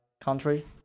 country